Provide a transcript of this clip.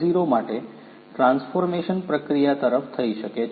0 માટે ટ્રાન્સફોર્મેશન પ્રક્રિયા તરફ થઈ શકે છે